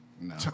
No